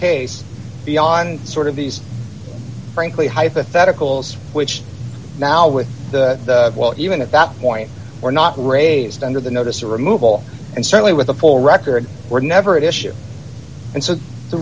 case beyond sort of these frankly hypotheticals which now with the well even at that point were not raised under the notice or removal and certainly with the full record were never at issue and so the